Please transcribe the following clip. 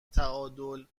تعادل